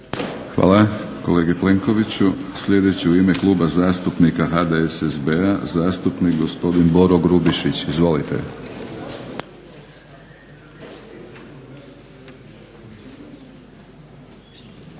Hvala kolegi Plenkoviću. Sljedeći u ime Kluba zastupnika HDSSB-a zastupnik gospodin Boro Grubišić. Izvolite.